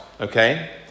okay